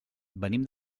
venim